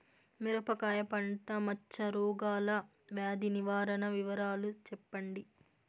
మిరపకాయ పంట మచ్చ రోగాల వ్యాధి నివారణ వివరాలు చెప్పండి?